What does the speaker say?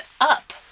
Up